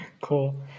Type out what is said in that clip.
Cool